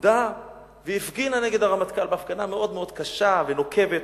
עמדה והפגינה נגד הרמטכ"ל בהפגנה מאוד מאוד קשה ונוקבת.